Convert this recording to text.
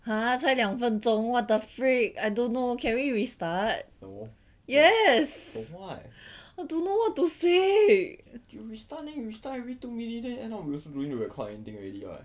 no for what you restart then you restart every two minutes then end up we also don't need to record anything already [what]